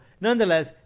nonetheless